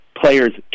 players